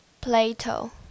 Plato